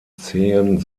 zehen